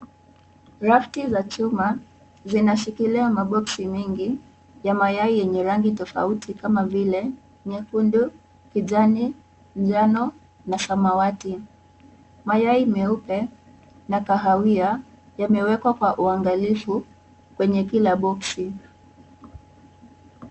Nafti za chuma zinashikilia maboksi mengi ya mayai yenye rangi tofauti kama vile ; nyekundu ,kijani, njano na samawati. Mayai meupe na kahawia yamewekwa kwa uangalifu kwenye kila boksi.